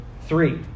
three